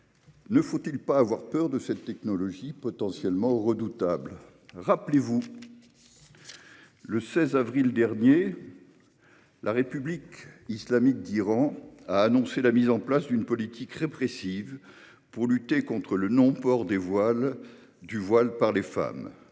Ne faut-il pas avoir peur de cette technologie potentiellement redoutable ? Rappelez-vous, le 16 avril dernier, la République islamique d'Iran a annoncé la mise en place d'une politique répressive pour lutter contre le non-port du voile. Pour arriver